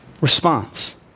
response